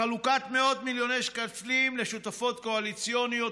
חלוקת מאות מיליוני שקלים לשותפות קואליציוניות,